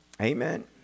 Amen